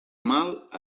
mal